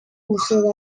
museo